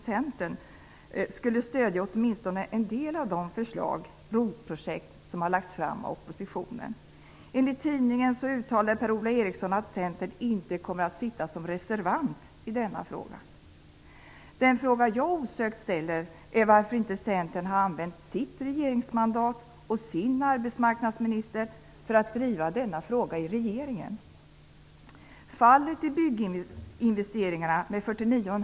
Centern, skulle stödja åtminstone en del av de förslag om ROT-projekt som har lagts fram av oppositionen. Enligt tidningen uttalade Per-Ola Eriksson att Centern inte kommer att sitta som reservant i denna fråga. Den fråga jag osökt ställer är varför inte Centern har använt sitt regeringsmandat och sin arbetsmarknadsminister för att driva denna fråga i regeringen.